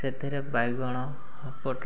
ସେଥିରେ ବାଇଗଣ ପୋଟଳ